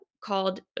called